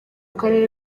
karere